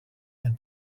and